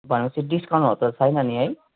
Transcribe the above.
भनेपछि डिस्काउन्टहरू त छैन नि है